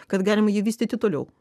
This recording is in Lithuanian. kad galima jį vystyti toliau